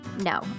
No